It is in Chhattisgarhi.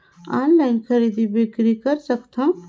ऑनलाइन खरीदी बिक्री कर सकथव?